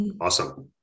Awesome